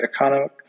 economic